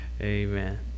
Amen